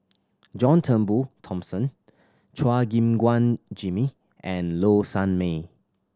John Turnbull Thomson Chua Gim Guan Jimmy and Low Sanmay